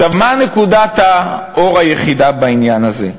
עכשיו, מה נקודת האור היחידה בעניין הזה?